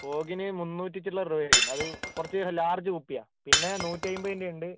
ഫോഗിന് മുന്നൂറ്റി ചില്ലറ രൂപയായിരിക്കും അത് കുറച്ച് ലാർജ് കുപ്പി പിന്നെ നൂറ്റി അൻപതിൻ്റെ ഉണ്ട്